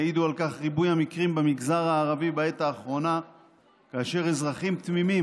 יעידו על כך ריבוי המקרים במגזר הערבי בעת האחרונה כאשר אזרחים תמימים,